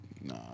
Nah